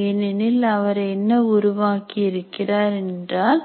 ஏனெனில் அவர் என்ன உருவாக்கி இருக்கிறார் என்றால்